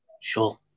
sure